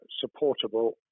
supportable